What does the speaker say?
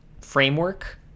framework